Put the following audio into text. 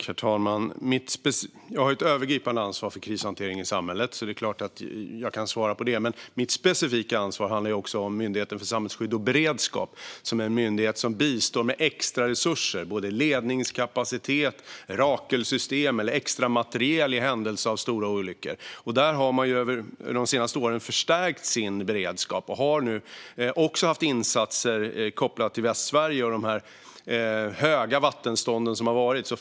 Herr talman! Jag har ett övergripande ansvar för krishanteringen i samhället och kan därför såklart svara på detta. Mitt specifika ansvar gäller även Myndigheten för samhällsskydd och beredskap. Det är en myndighet som bistår med extraresurser i form av ledningskapacitet, Rakelsystemet och extra materiel i händelse av stora olyckor. Myndigheten har under de senaste åren förstärkt sin beredskap. Man har nu gjort insatser i Västsverige i samband med de höga vattenstånd som uppstått.